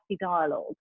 dialogue